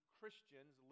Christians